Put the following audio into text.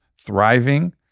thriving